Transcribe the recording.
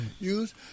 use